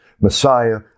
Messiah